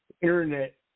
Internet